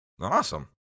Awesome